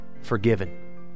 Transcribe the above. Forgiven